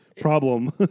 problem